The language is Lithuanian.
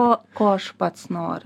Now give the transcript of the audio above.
o ko aš pats noriu